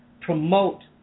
promote